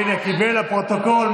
הינה, הוא קיבל, לפרוטוקול.